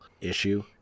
issue